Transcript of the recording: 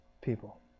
people